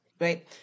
right